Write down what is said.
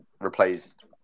replaced